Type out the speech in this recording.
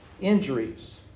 injuries